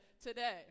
today